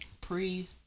pre